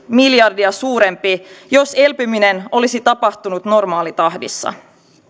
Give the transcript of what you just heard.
miljardia suurempi jos elpyminen olisi tapahtunut normaalitahdissa